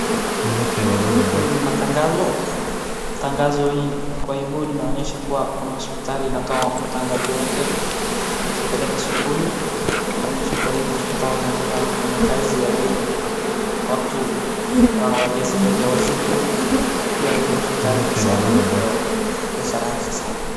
Huyu ni matangazo, tangazo hii kwa hii bodi inaonyesha kuwa kuna hospitali inatoa matangazo yake, inajipeleka sokoni. Inaonyesha kuwa hii hospitali inaeza fanya kazi kama ya vile watu wajawazito na pia hii hospitali pesa yake ni kidogo pesa rahisi sana.